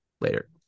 Later